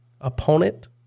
Opponent